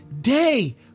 day